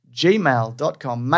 gmail.com